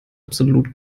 absolut